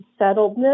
settledness